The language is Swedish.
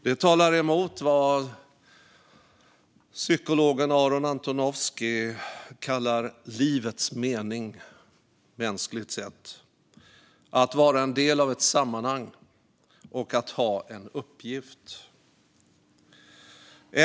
Det talar emot vad psykologen Aaron Antonovsky kallar livets mening, mänskligt sett: att vara en del av ett sammanhang och ha en uppgift.